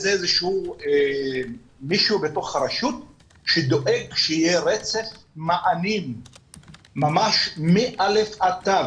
שיהיה מישהו בתוך הרשות שדואג שיהיה רצף מאמין ממש מ-א' ועד ת',